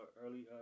early